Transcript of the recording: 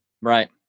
Right